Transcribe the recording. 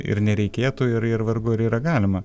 ir nereikėtų ir ir vargu ar yra galima